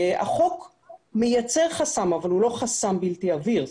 החוק מייצר חסם אבל הוא לא חסם בלתי עביר.